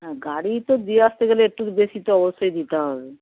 হ্যাঁ গাড়ি তো দিয়ে আসতে গেলে একটু বেশি তো অবশ্যই দিতে হবে